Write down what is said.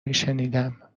میشنیدم